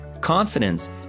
Confidence